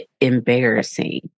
embarrassing